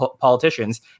politicians